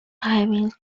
having